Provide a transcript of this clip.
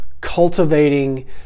cultivating